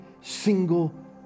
single